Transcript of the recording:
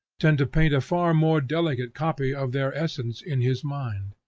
tend to paint a far more delicate copy of their essence in his mind.